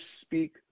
speak